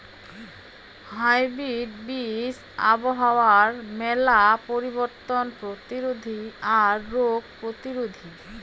hybrid বীজ আবহাওয়ার মেলা পরিবর্তন প্রতিরোধী আর রোগ প্রতিরোধী